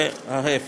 ולהפך.